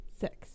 Six